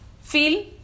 feel